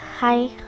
Hi